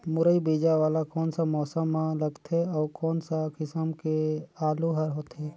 मुरई बीजा वाला कोन सा मौसम म लगथे अउ कोन सा किसम के आलू हर होथे?